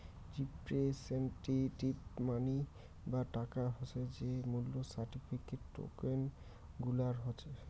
representative money বা টাকা হসে যে মূল্য সার্টিফিকেট, টোকেন গুলার হই